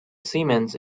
siemens